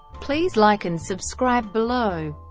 please like and subscribe below.